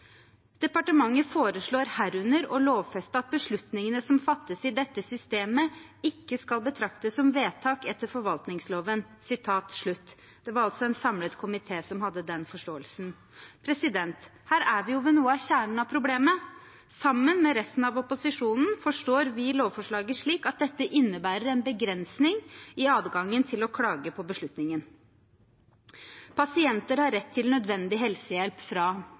foreslår herunder å lovfeste at beslutningene som fattes i dette systemet, ikke skal betraktes som vedtak etter forvaltningsloven.» Det var altså en samlet komité som hadde den forståelsen. Her er vi ved noe av kjernen i problemet. Sammen med resten av opposisjonen forstår vi lovforslaget slik at dette innebærer en begrensning i adgangen til å klage på beslutningen. Pasienter har rett til nødvendig helsehjelp fra